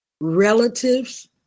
relatives